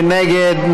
מי נגד?